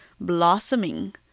blossoming